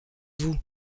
vous